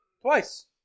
Twice